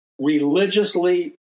religiously